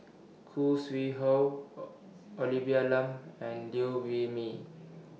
Khoo Sui Hoe Olivia Lum and Liew Wee Mee